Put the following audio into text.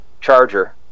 charger